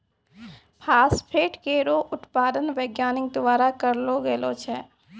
phosphate केरो उत्पादन वैज्ञानिक द्वारा करलो गेलो छै